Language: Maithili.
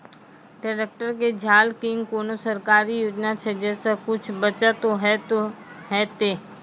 ट्रैक्टर के झाल किंग कोनो सरकारी योजना छ जैसा कुछ बचा तो है ते?